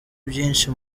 byinshi